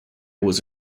was